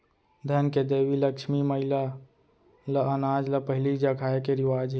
धन के देवी लक्छमी मईला ल अनाज ल पहिली चघाए के रिवाज हे